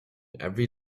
every